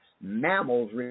mammals